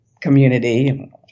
Community